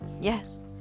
Yes